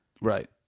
Right